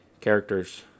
characters